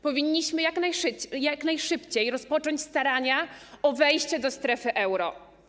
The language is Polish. Powinniśmy jak najszybciej rozpocząć starania o wejście do strefy euro.